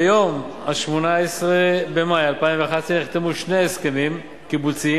ביום 18 במאי 2011 נחתמו שני הסכמים קיבוציים